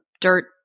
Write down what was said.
dirt